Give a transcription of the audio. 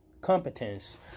competence